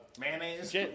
mayonnaise